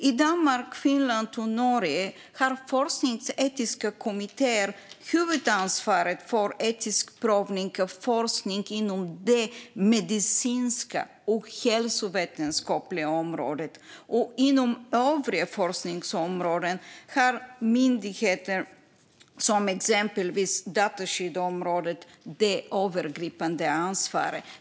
I Danmark, Finland och Norge har forskningsetiska kommittéer huvudansvaret för etisk prövning av forskning inom det medicinska och hälsovetenskapliga området. Inom övriga forskningsområden har myndigheter inom exempelvis dataskyddsområdet det övergripande ansvaret.